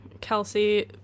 kelsey